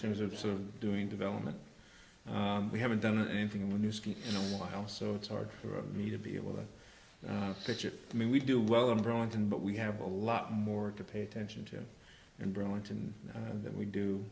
terms of sort of doing development we haven't done anything when you ski in a while so it's hard for me to be able to watch it i mean we do well in burlington but we have a lot more to pay attention to in burlington than we do